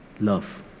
Love